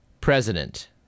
president